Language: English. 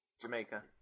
Jamaica